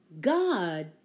God